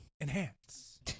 Enhance